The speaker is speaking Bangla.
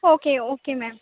okay okay ma'am